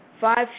Five